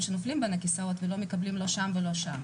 שנופלים בין הכיסאות ולא מקבלים לא שם ולא שם.